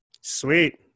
Sweet